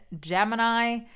Gemini